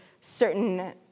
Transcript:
certain